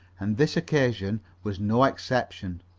and this occasion was no exception.